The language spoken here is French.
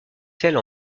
celle